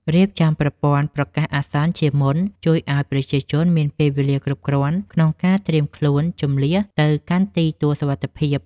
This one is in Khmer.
រៀបចំប្រព័ន្ធប្រកាសអាសន្នជាមុនជួយឱ្យប្រជាជនមានពេលវេលាគ្រប់គ្រាន់ក្នុងការត្រៀមខ្លួនជម្លៀសទៅកាន់ទីទួលសុវត្ថិភាព។